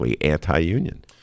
Anti-union